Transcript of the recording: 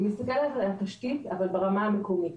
שהיא מסתכלת על התשתית אבל ברמה המקומית,